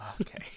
Okay